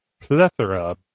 plethora